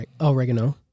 oregano